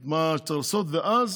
את מה שצריך לעשות, ואז